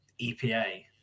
EPA